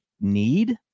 need